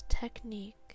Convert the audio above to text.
technique